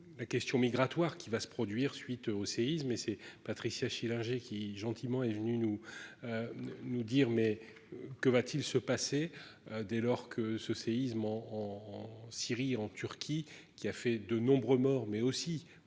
La question migratoire qui va se produire suite au séisme et c'est Patricia Schillinger qui gentiment est venu nous. Nous dire mais que va-t-il se passer. Dès lors que ce séisme en en Syrie en Turquie, qui a fait de nombreux morts mais aussi